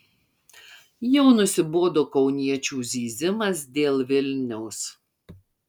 jau nusibodo kauniečių zyzimas dėl vilniaus